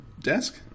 desk